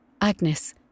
Agnes